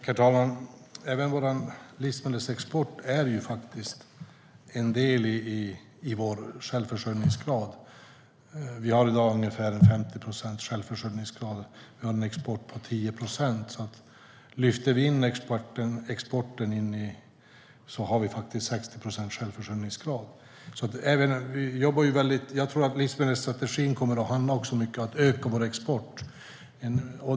Herr talman! Även vår livsmedelsexport är en del av vår självförsörjningsgrad. I dag har vi en självförsörjningsgrad på ungefär 50 procent och en export på 10 procent. Om vi lyfter in exporten har vi faktiskt en självförsörjningsgrad på 60 procent. Jag tror att livsmedelsstrategin också kommer att handla om att öka vår export.